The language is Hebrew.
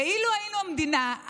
כאילו היינו המדינה.